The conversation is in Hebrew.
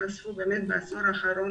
בעשור האחרון,